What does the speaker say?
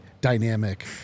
dynamic